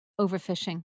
overfishing